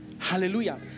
Hallelujah